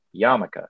Yamaka